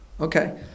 Okay